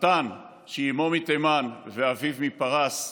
חתן שאימו מתימן ואביו מפרס,